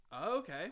okay